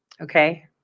okay